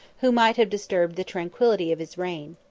who might have disturbed the tranquillity of his reign.